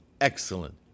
excellent